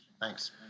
Thanks